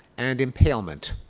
and impalement.